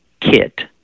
kit